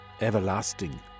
Everlasting